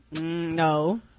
no